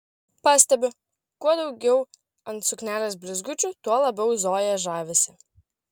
pastebiu kuo daugiau ant suknelės blizgučių tuo labiau zoja žavisi